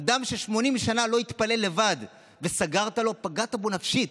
אדם ש-80 שנה לא התפלל לבד וסגרת לו פגעת בו נפשית.